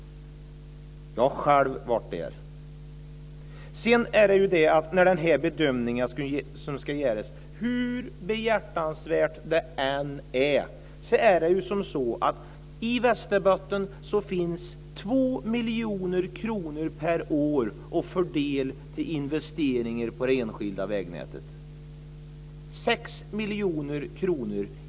Jag har själv varit där. Hur behjärtansvärd den bedömning som ska göras än är blir det problem. Det finns i Västerbotten 2 miljoner kronor per år att fördela till investeringar i det enskilda vägnätet.